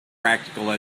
practical